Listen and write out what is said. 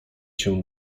się